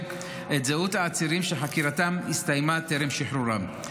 את זהות העצירים שחקירתם הסתיימה טרם שחרורם.